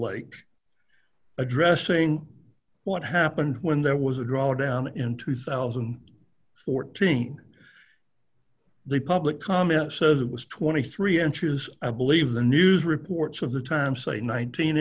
lake addressing what happened when there was a drawdown in two thousand and fourteen the public comment so that was twenty three inches i believe the news reports of the time say nineteen